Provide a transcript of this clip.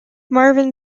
marvin